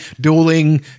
dueling